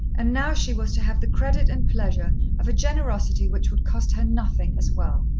and now she was to have the credit and pleasure of a generosity which would cost her nothing as well.